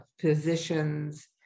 physician's